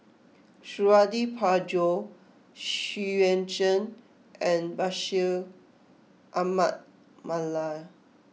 Suradi Parjo Xu Yuan Zhen and Bashir Ahmad Mallal